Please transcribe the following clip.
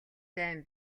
дайн